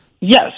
Yes